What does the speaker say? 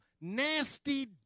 nasty